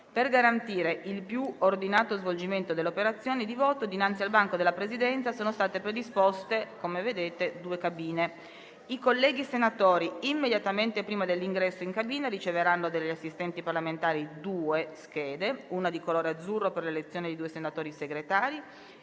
Per garantire il più ordinato svolgimento delle operazioni di voto, dinanzi al banco della Presidenza sono state approntate due cabine. I colleghi senatori, immediatamente prima dell'ingresso in cabina, riceveranno dagli assistenti parlamentari due schede, una di colore azzurro per l'elezione di due senatori Segretari,